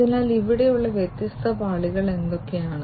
അതിനാൽ ഇവിടെയുള്ള വ്യത്യസ്ത പാളികൾ എന്തൊക്കെയാണ്